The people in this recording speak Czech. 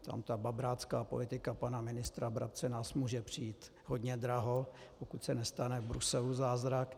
Tam ta babrácká politika pana ministra Brabce nás může přijít hodně draho, pokud se nestane v Bruselu zázrak.